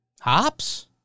Hops